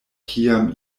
kiam